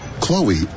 Chloe